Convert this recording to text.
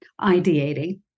Ideating